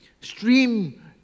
stream